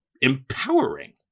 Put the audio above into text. empowering